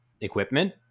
equipment